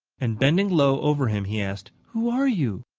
and bending low over him, he asked who are you?